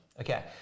Okay